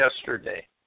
yesterday